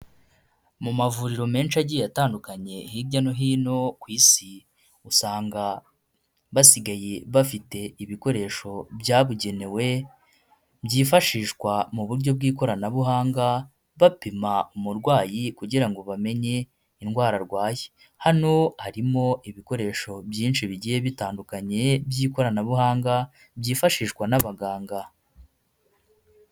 Mu mavuriro menshi agiye atandukanye, hirya no hino ku Isi, usanga basigaye bafite ibikoresho byabugenewe byifashishwa mu buryo bw'ikoranabuhanga, bapima umurwayi kugira ngo bamenye indwara arwaye. Hano harimo ibikoresho byinshi bigiye bitandukanye by'ikoranabuhanga byifashishwa n'abaganga.